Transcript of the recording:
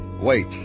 Wait